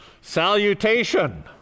Salutation